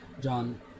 john